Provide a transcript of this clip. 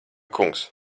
kungs